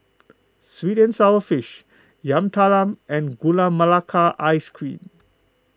Sweet and Sour Fish Yam Talam and Gula Melaka Ice Cream